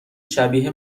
شبیه